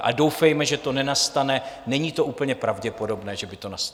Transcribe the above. A doufejme, že to nenastane, není úplně pravděpodobné, že by to nastalo.